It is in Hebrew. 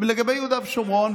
לגבי יהודה ושומרון,